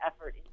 effort